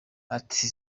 ati